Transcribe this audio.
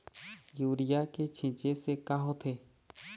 Urea के छींचे से का होथे?